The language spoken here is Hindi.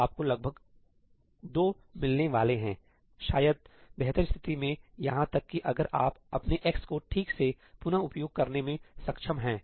तो आपको लगभग 2 मिलने वाले हैंशायद बेहतर स्थिति मेंयहां तक कि अगर आप अपने x को ठीक से पुन उपयोग करने में सक्षम हैं